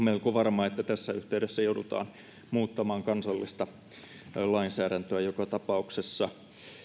melko varmaa että tässä yhteydessä joudutaan muuttamaan kansallista lainsäädäntöä joka tapauksessa